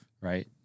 Right